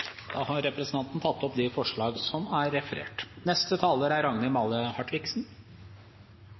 Da har representanten Silje Hjemdal tatt opp de forslag hun refererte til. Dette er